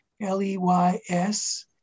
L-E-Y-S